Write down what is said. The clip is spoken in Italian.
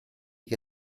che